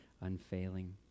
unfailing